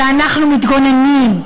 ואנחנו מתגוננים,